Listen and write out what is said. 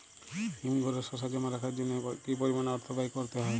হিমঘরে শসা জমা রাখার জন্য কি পরিমাণ অর্থ ব্যয় করতে হয়?